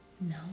No